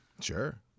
sure